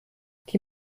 die